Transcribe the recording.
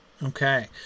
Okay